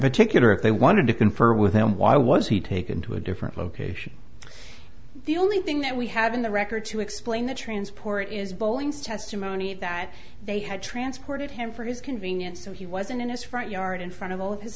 particular if they wanted to confer with him why was he taken to a different location the only thing that we have in the record to explain the transport is boeing's testimony that they had transported him for his convenience so he wasn't in his front yard in front of all of his